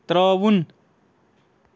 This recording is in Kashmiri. ترٛاوُن